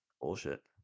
Bullshit